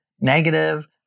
negative